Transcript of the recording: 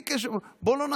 בלי קשר,